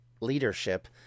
leadership